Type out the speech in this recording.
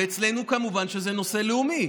ואצלנו כמובן שזה נושא לאומי.